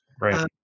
Right